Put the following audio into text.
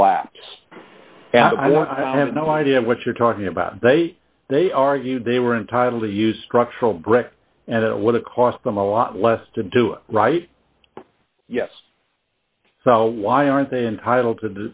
collapse i don't i have no idea what you're talking about they they argued they were entitled to use structural brecht and it would have cost them a lot less to do it right yes so why aren't they entitled to